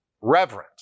reverent